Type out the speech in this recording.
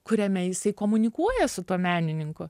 kuriame jisai komunikuoja su tuo menininku